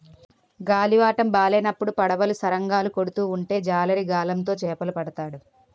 గాలివాటము బాలేనప్పుడు పడవలు సరంగులు కొడుతూ ఉంటే జాలరి గాలం తో చేపలు పడతాడు